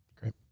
Great